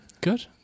Good